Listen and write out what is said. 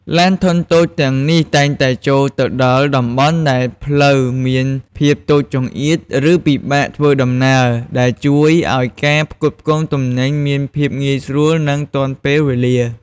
ឡានធុនតូចទាំងនេះតែងតែចូលទៅដល់តំបន់ដែលផ្លូវមានភាពតូចចង្អៀតឬពិបាកធ្វើដំណើរ ដែលជួយឱ្យការផ្គត់ផ្គង់ទំនិញមានភាពងាយស្រួលនិងទាន់ពេលវេលា។